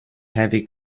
heavy